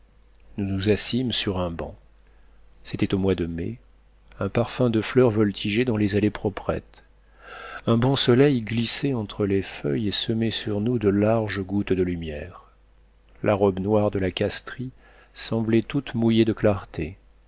nous nous assîmes sur un banc de pierre c'était au mois de mai un parfum de fleurs voltigeait dans les allées proprettes un bon soleil glissait entre les feuilles et semait sur nous de larges gouttes de lumière la robe noire de la castris semblait toute mouillée de clarté